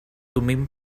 thummim